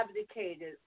abdicated